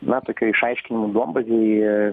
na tokioj išaiškinimų duombazėj